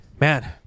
man